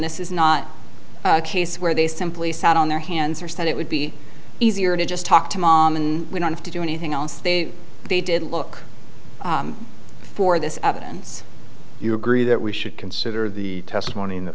this is not a case where they simply sat on their hands or said it would be easier to just talk to mom and we don't have to do anything else they they did look for this evidence you agree that we should consider the testimony in the